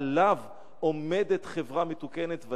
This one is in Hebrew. עליו עומדת חברה מתוקנת,